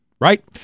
right